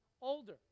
older